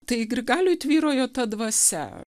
tai grigaliuj tvyrojo ta dvasia